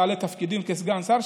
בעלי תפקיד כסגן שר,